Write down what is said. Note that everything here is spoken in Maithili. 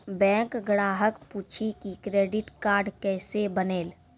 बैंक ग्राहक पुछी की क्रेडिट कार्ड केसे बनेल?